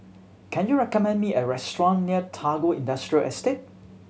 can you recommend me a restaurant near Tagore Industrial Estate